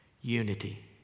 Unity